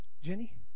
Jenny